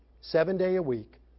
seven-day-a-week